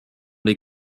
les